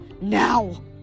Now